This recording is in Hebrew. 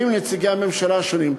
עם נציגי הממשלה השונים,